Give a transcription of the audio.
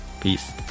Peace